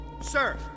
Sir